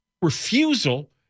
Refusal